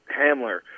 hamler